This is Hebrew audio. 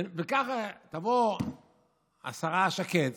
וככה תבוא השרה שקד,